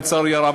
לצערי הרב,